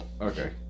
Okay